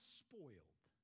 spoiled